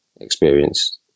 experience